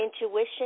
intuition